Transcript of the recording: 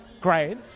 great